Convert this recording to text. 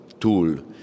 tool